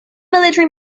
military